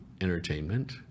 entertainment